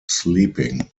sleeping